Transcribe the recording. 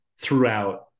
throughout